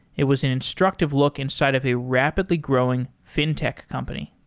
it was an instructive look inside of a rapidly growing fintech company.